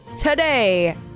today